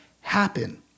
happen